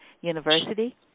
University